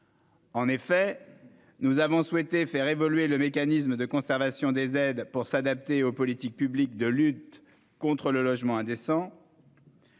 logements. Nous avons souhaité faire évoluer le mécanisme de conservation des aides, pour qu'il s'adapte aux politiques publiques de lutte contre le logement indécent.